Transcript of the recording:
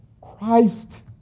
Christ